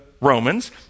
Romans